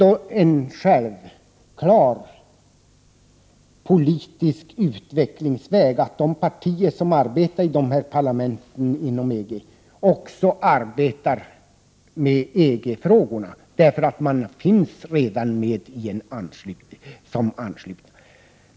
Det är en självklar politisk utvecklingsväg att de partier som verkar i de här parlamenten inom EG också arbetar med EG-frågorna, eftersom dessa länder redan är anslutna.